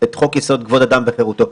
את חוק יסוד כבוד האדם וחירותו.